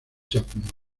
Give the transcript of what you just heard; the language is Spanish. chapman